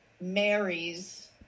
marries